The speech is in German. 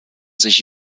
sich